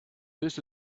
this